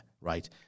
right